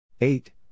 Eight